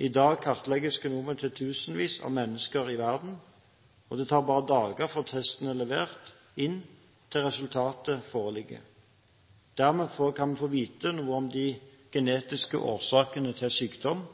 I dag kartlegges genomet til tusenvis av mennesker i verden, og det tar bare dager fra testen er levert inn, til resultatet foreligger. Dermed kan vi få vite noe om de genetiske årsakene til sykdom